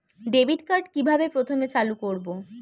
Debit card কিভাবে প্রথমে চালু করব?